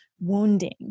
wounding